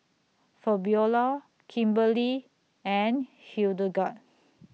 Fabiola Kimberly and Hildegarde